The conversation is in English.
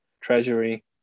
treasury